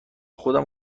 خودم